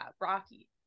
Rocky